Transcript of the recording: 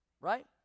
Right